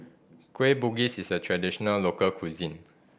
Kueh Bugis is a traditional local cuisine